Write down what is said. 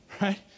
Right